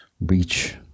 reach